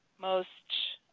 most